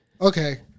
Okay